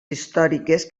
històriques